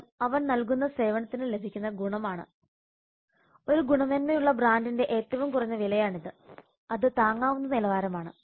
മൂല്യം അവൻ നൽകുന്ന സേവനത്തിന് ലഭിക്കുന്ന ഗുണമാണ് ഒരു ഗുണമേന്മയുള്ള ബ്രാൻഡിന്റെ ഏറ്റവും കുറഞ്ഞ വിലയാണിത് അത് താങ്ങാവുന്ന നിലവാരമാണ്